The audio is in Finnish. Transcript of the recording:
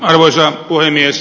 arvoisa puhemies